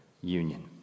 union